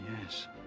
yes